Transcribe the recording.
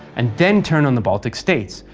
and then turn on the baltic states,